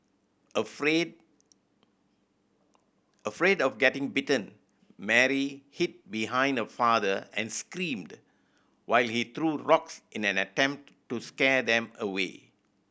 afraid afraid of getting bitten Mary hid behind her father and screamed while he threw rocks in an attempt to scare them away